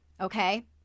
okay